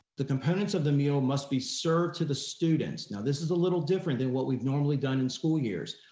the components of the meal must be served to the students. now this is a little different than what we've normally done in school years.